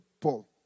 Paul